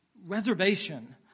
Reservation